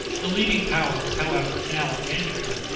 the leading powers, however, in alexandria,